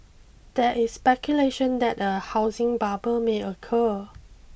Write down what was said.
there is speculation that a housing bubble may occur